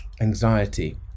anxiety